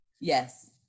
Yes